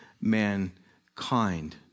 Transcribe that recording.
mankind